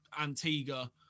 Antigua